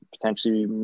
potentially